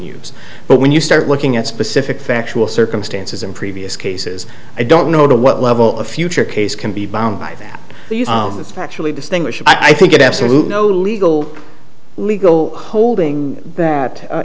use but when you start looking at specific factual circumstances in previous cases i don't know to what level of future case can be bound by that that's actually distinguished i think it absolute no legal legal holding that